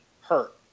hurt